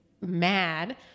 mad